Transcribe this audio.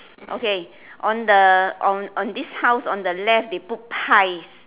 okay on the on on this house on the left they put pies